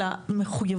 אלא מחויבות.